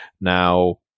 Now